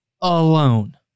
alone